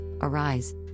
arise